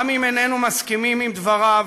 גם אם איננו מסכימים עם דבריו,